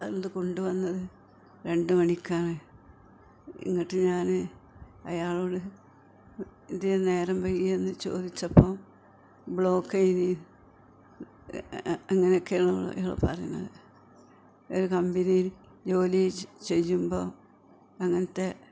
അയാൾ അത് കൊണ്ടുവന്നത് രണ്ടു മണിക്കാണ് എന്നിട്ട് ഞാൻ അയാളോട് എന്തേ നേരം വൈകിയേയെന്ന് ചോദിച്ചപ്പം ബ്ലോക്കായിന് അങ്ങനെയൊക്കെയാണ് അയാൾ പറയണത് ഒരു കമ്പനിയിൽ ജോലി ചെയ്യുമ്പം അങ്ങനത്തെ